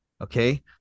okay